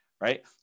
Right